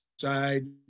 side